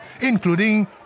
including